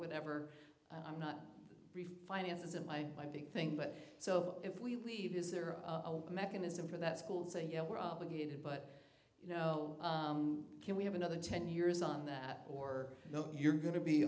whatever i'm not refinanced as a by my big thing but so if we leave is there a mechanism for that school say you know we're obligated but you know can we have another ten years on that or you're going to be